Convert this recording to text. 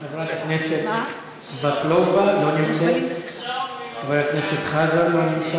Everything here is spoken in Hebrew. חברת הכנסת סבטלובה, לא נמצאת, חבר הכנסת חזן,